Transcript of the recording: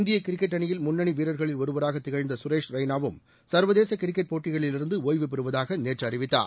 இந்திய கிரிக்கெட் அணியில் முன்னணி வீரர்களில் ஒருவராக திகழ்ந்த கரேஷ் ரெய்னாவும் சர்வதேச கிரிக்கெட் போட்டிகளிலிருந்து ஓய்வு பெறுவதாக நேற்று அறிவித்தார்